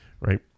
right